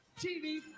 TV